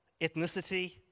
ethnicity